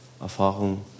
Erfahrung